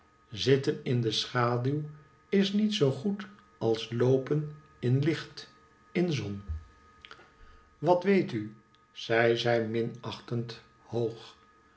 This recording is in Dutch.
zitten in schaduw is niet zoo goed als loopen in licht in zon wat weet u zei zij minachtend hoog